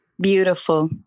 Beautiful